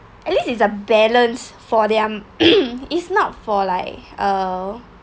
at least is a balance for them is not for like uh